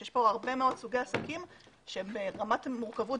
יש כאן הרבה מאוד סוגי עסקים שהם ברמת המורכבות